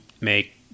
make